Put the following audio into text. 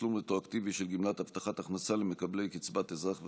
תשלום רטרואקטיבי של גמלת הבטחת הכנסה למקבלי קצבת אזרח ותיק),